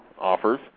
offers